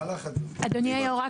אדוני היו"ר,